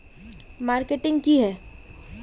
Marketing की है?